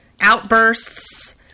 outbursts